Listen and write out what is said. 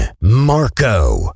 Marco